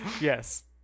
Yes